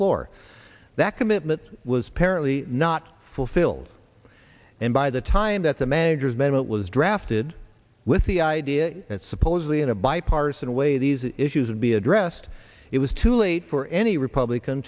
floor that commitment was parity not fulfilled and by the time that the manager's amendment was drafted with the idea that supposedly in a bipartisan way these issues of be addressed it was too late for any republican